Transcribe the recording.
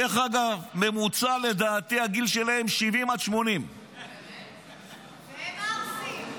לדעתי, ממוצע הגיל שלהם הוא 70 עד 80. והם ערסים.